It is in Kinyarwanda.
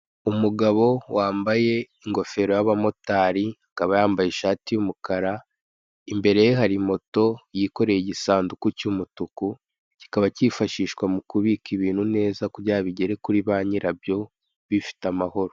Umugabo wambaye ingofero y'abamotari, akaba yambaye ishati y'umukara, imbere ye hari moto yikoreye igisanduku cy'umutuku, kikaba kifashishwa mukubika ibintu neza kugira bigere kuri ba nyirabyo bifite amahoro.